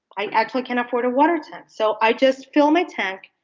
i actually can afford a water tent. so i just fill my tank.